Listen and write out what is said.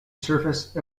surface